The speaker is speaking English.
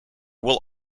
will